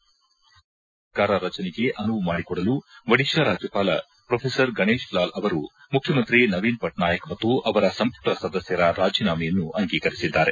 ರಾಜ್ಯದಲ್ಲಿ ಹೊಸ ಸರ್ಕಾರ ರಚನೆಗೆ ಅನುವು ಮಾಡಿಕೊಡಲು ಒಡಿಶ್ತ ರಾಜ್ಯಪಾಲ ಪ್ರೊಫೆಸರ್ ಗಣೇಶಿ ಲಾಲ್ ಅವರು ಮುಖ್ಯಮಂತ್ರಿ ನವೀನ್ ಪಟ್ನಾಯಕ್ ಮತ್ತು ಅವರ ಸಂಮಟ ಸದಸ್ಕರ ರಾಜೀನಾಮೆಯನ್ನು ಅಂಗೀಕರಿಸಿದ್ದಾರೆ